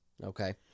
Okay